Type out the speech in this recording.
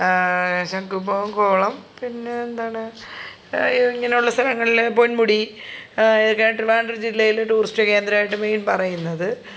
ശംഖുമുഖം കോവളം പിന്നേ എന്താണ് ഇങ്ങനെയുള്ള സ്ഥലങ്ങളിൽ പൊന്മുടി ട്രിവാണ്ട്രം ജില്ലയിൽ ടൂറിസ്റ്റ് കേന്ദ്രമായിട്ട് മെയിൻ പറയുന്നത്